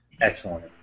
Excellent